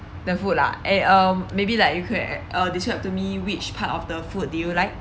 the food lah and um maybe like you could uh describe to me which part of the food do you like